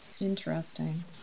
Interesting